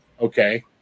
okay